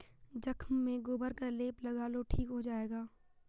जख्म में गोबर का लेप लगा लो ठीक हो जाएगा